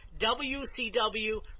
WCW